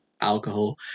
alcohol